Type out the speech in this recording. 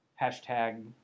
Hashtag